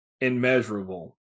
immeasurable